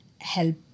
help